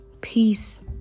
peace